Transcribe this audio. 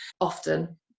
often